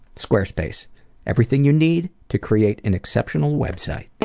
squarespace everything you need to create an exceptional website.